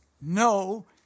No